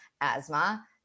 asthma